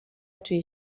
توی